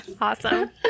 Awesome